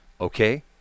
okay